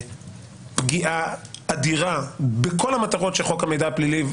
פגיעה אדירה בכל המטרות של חוק המידע הפלילי,